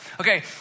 okay